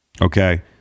Okay